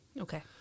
Okay